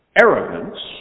arrogance